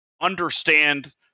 understand